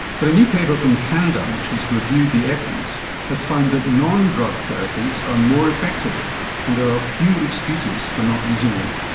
but a new paper from canada which has reviewed the evidence has found that non-drug therapies are more effective and there are few excuses for not using them.